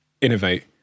innovate